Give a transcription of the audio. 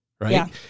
right